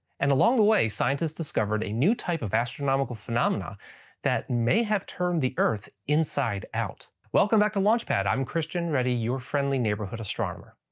and a long way scientists discovered a new type of astronomical phenomena that may have turned the earth inside out. welcome back to launch pad, i'm christian ready, your friendly neighborhood astronomer.